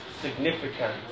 significant